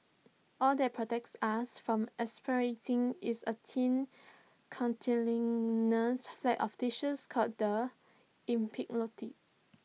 all that protects us from aspirating is A thin cartilaginous flap of tissue called the epiglottis